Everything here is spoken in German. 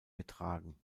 getragen